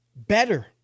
Better